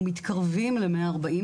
אנחנו מתקרבים ל- 140,